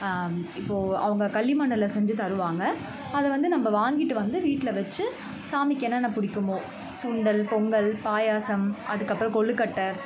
இப்போது அவங்க களிமண்ணில் செஞ்சி தருவாங்கள் அதை வந்து நம்ப வாங்கிட்டு வந்து வீட்டில வச்சு சாமிக்கு என்னென்ன பிடிக்குமோ சுண்டல் பொங்கல் பாயாசம் அதுக்கு அப்புறம் கொழுக்கட்ட